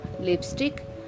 lipstick